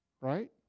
Right